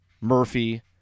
Murphy